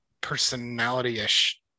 personality-ish